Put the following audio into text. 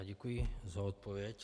Děkuji za odpověď.